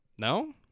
No